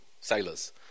sailors